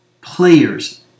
players